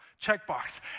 checkbox